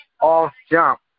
off-jump